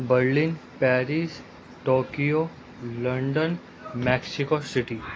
Berlin Paris Tokyo London Mexico city